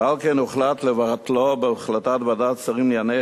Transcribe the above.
ועל כן הוחלט לבטלו בהחלטת ועדת השרים לענייני